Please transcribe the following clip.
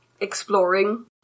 exploring